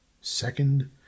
Second